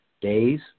days